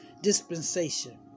dispensation